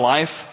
Life